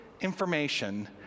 information